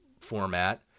format